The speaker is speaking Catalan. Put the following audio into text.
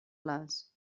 les